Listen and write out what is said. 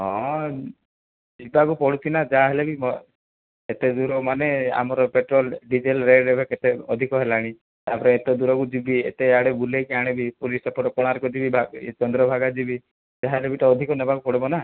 ହଁ ଯିବାକୁ ପଡ଼ୁଛି ନା ଯାହାହେଲେ ବି ଏତେ ଦୂର ମାନେ ଆମର ପେଟ୍ରୋଲ ଡିଜେଲ ରେଟ୍ ଏବେ କେତେ ଅଧିକ ହେଲାଣି ତାପରେ ଏତେ ଦୂରକୁ ଯିବି ଏତେ ଆଡ଼େ ବୁଲେଇକି ଆଣିବି ପୁରୀ ସେପଟେ କୋଣାର୍କ ଯିବି ଇଏ ଚନ୍ଦ୍ରଭାଗା ଯିବି ଯାହାହେଲେ ବି ତ ଅଧିକ ନେବାକୁ ପଡ଼ିବ ନା